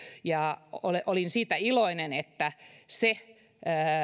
ja olin siitä iloinen että se